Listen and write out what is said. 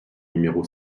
numéro